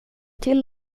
till